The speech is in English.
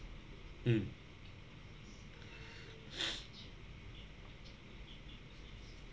mm